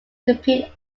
compute